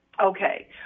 Okay